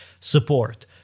support